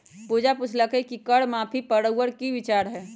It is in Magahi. पूजा पुछलई कि कर माफी पर रउअर कि विचार हए